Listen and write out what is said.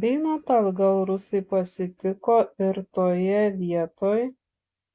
beeinant atgal rusai pasitiko ir toje vietoj